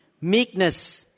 meekness